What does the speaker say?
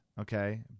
Okay